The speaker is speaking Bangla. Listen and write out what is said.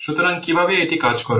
সুতরাং কিভাবে এটি কাজ করে